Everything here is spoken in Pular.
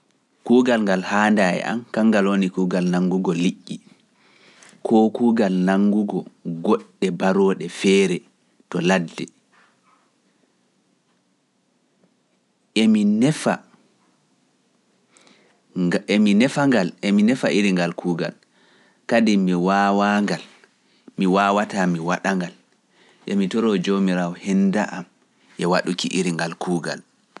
Kuugal ngal haanda e am, kangal woni kuugal nanngugo liƴƴi, koo kuugal nanngugo goɗɗe barooɗe feere to ladde, emi nefa iri ngal kuugal, kadi mi waawaa ngal, mi waawataa mi waɗa ngal, emi toroo Joomiraawo henda am e waɗuki iri ngal kuugal.